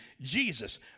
Jesus